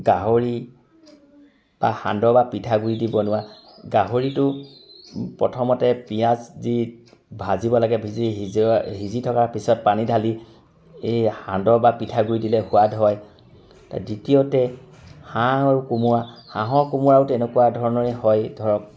গাহৰি বা সান্ধহ বা পিঠাগুড়ি দি বনোৱা গাহৰিটো প্ৰথমতে পিঁয়াজ দি ভাজিব লাগে ভাজি সিজোৱা সিজি থকাৰ পিছত পানী ঢালি এই সান্দহ বা পিঠাগুড়ি দিলে সোৱাদ হয় দ্বিতীয়তে হাঁহ আৰু কোমোৰা হাঁহৰ কোমোৰাও তেনেকুৱা ধৰণৰে হয় ধৰক